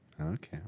Okay